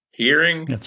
Hearing